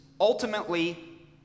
ultimately